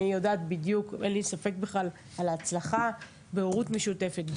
אין לי ספק בכלל על ההצלחה בהורות משותפת,